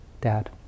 Dad